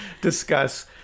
discuss